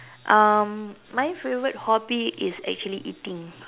um my favourite hobby is actually eating